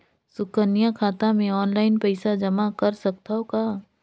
सुकन्या खाता मे ऑनलाइन पईसा जमा कर सकथव का?